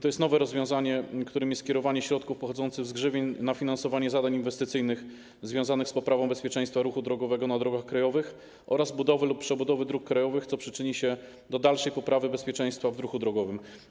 To jest nowe rozwiązanie: skierowanie środków pochodzących z grzywien na finansowanie zadań inwestycyjnych związanych z poprawą bezpieczeństwa ruchu drogowego na drogach krajowych oraz budowy lub przebudowy dróg krajowych, co przyczyni się do dalszej poprawy bezpieczeństwa w ruchu drogowym.